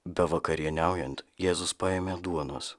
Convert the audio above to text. bevakarieniaujant jėzus paėmė duonos